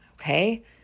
okay